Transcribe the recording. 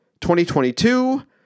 2022